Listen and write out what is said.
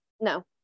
No